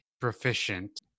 proficient